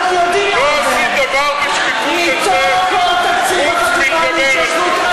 לא עשית דבר בשקיפות אצלך חוץ מלדבר.